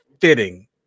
fitting